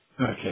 Okay